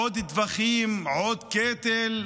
עוד טבחים, עוד קטל?